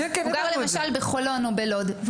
הוא גר למשל בחולון או בלוד,